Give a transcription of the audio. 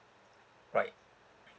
right